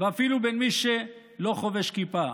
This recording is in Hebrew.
ואפילו למי שלא חובש כיפה.